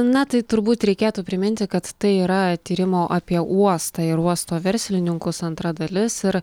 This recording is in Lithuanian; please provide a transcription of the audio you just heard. na tai turbūt reikėtų priminti kad tai yra tyrimo apie uostą ir uosto verslininkus antra dalis ir